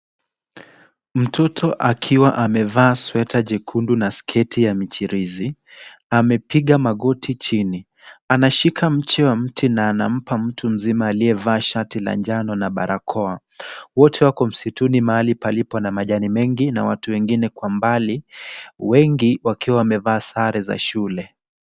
Mtoto akiwa amevaa sweta jekundu na sketi ya michirizi, amepiga magoti chini. Anashika mche wa mti na anampa mtu mzima aliyevaa shati la njano na barakoa. Wote wako msituni mahali palipo na majani mengi na watu wengine kwa mbali, wengi wakiwa wamevaa sare za shule.